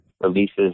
releases